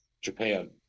Japan